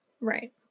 Right